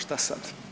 Šta sad?